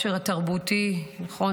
חבר הכנסת חמד עמאר, אינו נוכח.